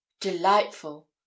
Delightful